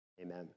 Amen